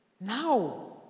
Now